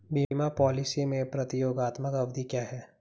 बीमा पॉलिसी में प्रतियोगात्मक अवधि क्या है?